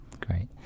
Great